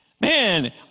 Man